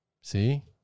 See